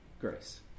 Grace